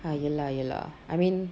ah ya lah ya lah I mean